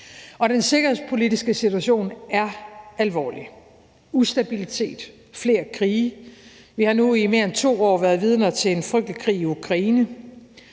den sikkerhedspolitiske situation er alvorlig med ustabilitet og flere krige. Vi har nu i mere end 2 år været vidner til en frygtelig krig i Ukraine,